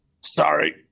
Sorry